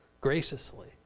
graciously